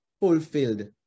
fulfilled